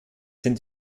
sind